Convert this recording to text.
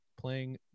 playing